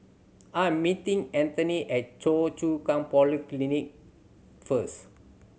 I am meeting Antione at Choa Chu Kang Polyclinic first